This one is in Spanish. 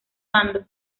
mando